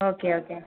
okay okay